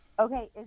Okay